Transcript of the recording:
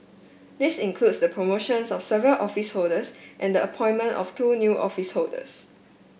this includes the promotions of several office holders and the appointment of two new office holders